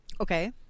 Okay